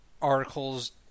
articles